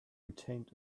retained